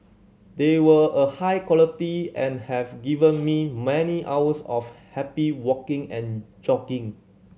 they were a high quality and have given me many hours of happy walking and jogging